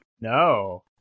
No